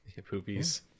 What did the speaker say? Poopies